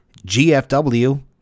GFW